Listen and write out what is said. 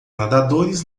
nadadores